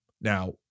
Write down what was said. Now